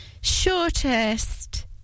shortest